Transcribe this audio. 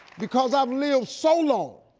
because i've lived so long,